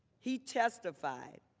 he testified